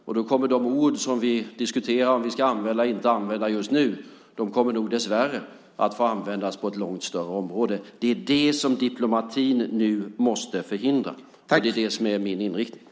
Och då kommer de ord som vi diskuterar om vi ska använda eller inte använda just nu dessvärre att få användas på ett långt större område. Det är det som diplomatin nu måste förhindra, och det är det som är min inriktning.